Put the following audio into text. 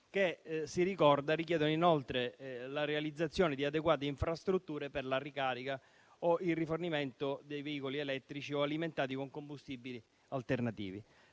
che - si ricorda - richiedono inoltre la realizzazione di adeguate infrastrutture per la ricarica o il rifornimento dei veicoli elettrici o alimentati con combustibili alternativi.